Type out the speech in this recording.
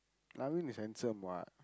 Naveen is handsome what